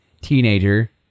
teenager